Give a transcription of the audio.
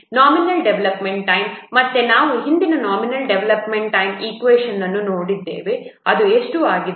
nominal development time ಮತ್ತೆ ನಾವು ಹಿಂದಿನ ನಾಮಿನಲ್ ಡೆವಲಪ್ಮೆಂಟ್ ಟೈಮ್ ಈಕ್ವೇಷನ್ನನ್ನು ನೋಡಿದ್ದೇವೆ ಇದು ಎಷ್ಟು ಆಗುತ್ತಿದೆ